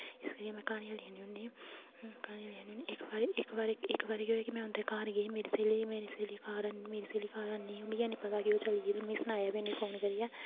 इस करियै में क्हानियां लिखनी होन्नीं क्हानियां लिखनी होन्नीं इक बारी इक इक बारी केह् होआ कि में उं'दे घर गेई मेरी स्हेली मेरी स्हेली घर हैन्नी मेरी स्हेली घर हैन्नी ही मी हैन्नी पता हा कि ओह् चली गेदे न मिगी सनाया बी हैन्नी फोन करियै